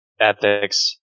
ethics